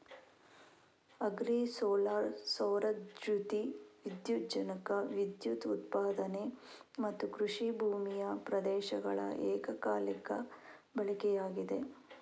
agri solar ಸೌರ ದ್ಯುತಿ ವಿದ್ಯುಜ್ಜನಕ ವಿದ್ಯುತ್ ಉತ್ಪಾದನೆ ಮತ್ತುಕೃಷಿ ಭೂಮಿಯ ಪ್ರದೇಶಗಳ ಏಕಕಾಲಿಕ ಬಳಕೆಯಾಗಿದೆ